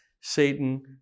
satan